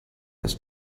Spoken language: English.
has